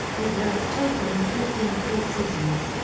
his lowest total in fifteen full seasons.